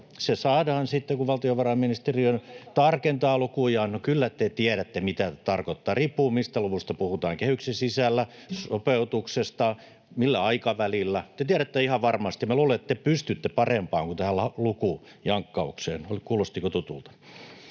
Se saadaan sitten, kun valtiovarainministeriö tarkentaa lukujaan. [Annika Saarikko: On aika iso haarukka!] — No kyllä te tiedätte, mitä se tarkoittaa. Riippuu, mistä luvuista puhutaan: kehyksen sisällä sopeutuksesta, millä aikavälillä, te tiedätte ihan varmasti. Minä luulen, että te pystytte parempaan kuin tähän lukujankkaukseen. Kuulostiko tutulta?